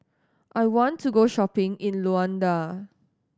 I want to go shopping in Luanda